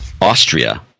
austria